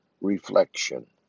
Reflection